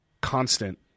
constant